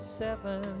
seven